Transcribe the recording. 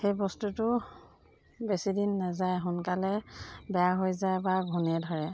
সেই বস্তুটো বেছি দিন নাযায় সোনকালে বেয়া হৈ যায় বা ঘুণে ধৰে